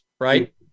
right